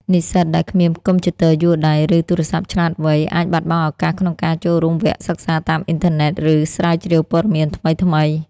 និស្សិតដែលគ្មានកុំព្យូទ័រយួរដៃ ឬទូរសព្ទឆ្លាតវៃអាចបាត់បង់ឱកាសក្នុងការចូលរួមវគ្គសិក្សាតាមអ៊ីនធឺណិត ឬស្រាវជ្រាវព័ត៌មានថ្មីៗ។